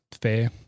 fair